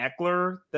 Eckler